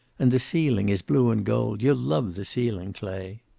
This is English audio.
and the ceiling is blue and gold. you'll love the ceiling, clay.